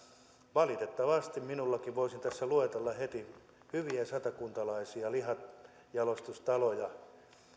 valitettavasti minäkin voisin tässä luetella heti hyviä satakuntalaisia lihanjalostustaloja